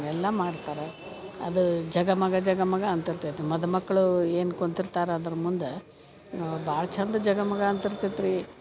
ಎಲ್ಲ ಮಾಡ್ತಾರೆ ಅದು ಜಗಮಗ ಜಗಮಗ ಅಂತಿರ್ತೈತಿ ಮದುಮಕ್ಳು ಏನು ಕುಂತಿರ್ತಾರೆ ಅದ್ರ ಮುಂದೆ ಭಾಳ ಚಂದ ಜಗಮಗ ಅಂತಿರ್ತೈತೆ ರೀ